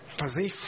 fazer